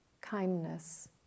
kindness